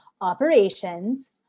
operations